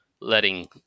letting